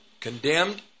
condemned